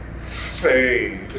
fade